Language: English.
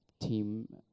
team